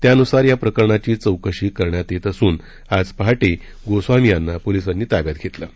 त्यानुसार या प्रकरणाची चौकशी करण्यात येत असून आज पहाटे गोस्वामी यांना पोलिसांनी ताब्यात घेतलं आहे